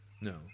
no